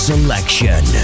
Selection